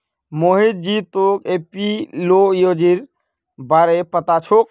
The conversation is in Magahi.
मोहित जी तोक एपियोलॉजीर बारे पता छोक